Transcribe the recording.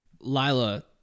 Lila